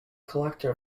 collector